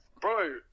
bro